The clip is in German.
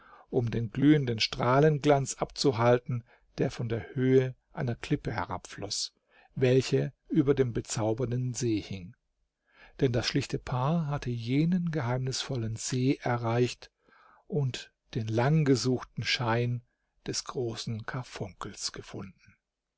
um den glühenden strahlenglanz abzuhalten der von der höhe einer klippe herabfloß welche über dem bezauberten see hing denn das schlichte paar hatte jenen geheimnisvollen see erreicht und den langgesuchten schein des großen karfunkels gefunden